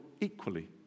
equally